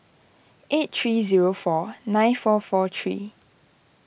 eight three zero four nine four four three